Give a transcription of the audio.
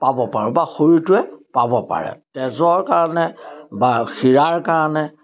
পাব পাৰোঁ বা শৰীৰটোৱে পাব পাৰে তেজৰ কাৰণে বা শিৰাৰ কাৰণে